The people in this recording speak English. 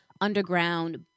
underground